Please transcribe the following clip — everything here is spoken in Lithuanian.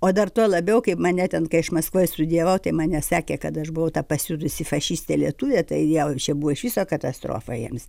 o dar tuo labiau kaip mane ten kai aš maskvoj studijavau tai mane sekė kad aš buvau ta pasiutusi fašistė lietuvė tai vėl čia buvo iš viso katastrofa jiems